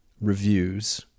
reviews